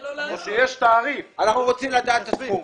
אנחנו רוצים לדעת את הסכום.